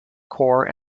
core